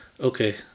okay